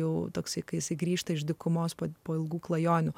jau toks kai sugrįžta iš dykumos po ilgų klajonių